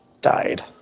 died